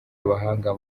abahanga